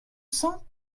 cents